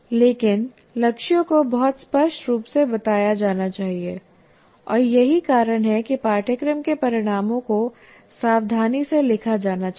लेकिन लक्ष्यों को बहुत स्पष्ट रूप से बताया जाना चाहिए और यही कारण है कि पाठ्यक्रम के परिणामों को सावधानी से लिखा जाना चाहिए